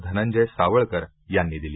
धनंजय सावळकर यांनी दिली